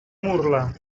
murla